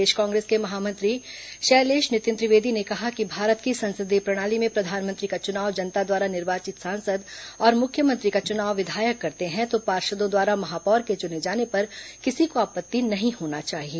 प्रदेश कांग्रेस के महामंत्री शैलेश नितिन त्रिवेदी ने कहा कि भारत की संसदीय प्रणाली में प्रधानमंत्री का चुनाव जनता द्वारा निर्वाचित सांसद और मुख्यमंत्री का चुनाव विधायक करते है तो पार्षदों द्वारा महापौर के चुने जाने पर किसी को आपत्ति नहीं होना चाहिए